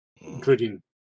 including